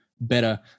better